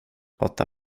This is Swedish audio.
åtta